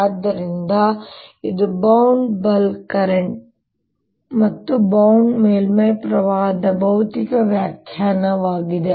ಆದ್ದರಿಂದ ಇದು bound bulk current ಮತ್ತು ಬೌಂಡ್ ಮೇಲ್ಮೈ ಪ್ರವಾಹದ ಭೌತಿಕ ವ್ಯಾಖ್ಯಾನವಾಗಿದೆ